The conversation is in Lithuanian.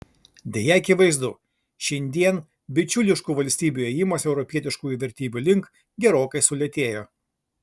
deja akivaizdu šiandien bičiuliškų valstybių ėjimas europietiškųjų vertybių link gerokai sulėtėjo